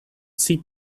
sea